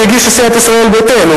שהגישה סיעת ישראל ביתנו,